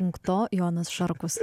punkto jonas šarkus